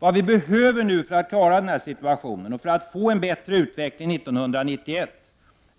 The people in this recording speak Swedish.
Vad vi nu behöver för att klara den här situationen och för att få en bättre utveckling 1991